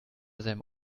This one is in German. seinem